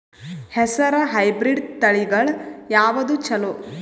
ಹೆಸರ ಹೈಬ್ರಿಡ್ ತಳಿಗಳ ಯಾವದು ಚಲೋ?